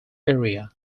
area